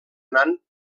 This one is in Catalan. nan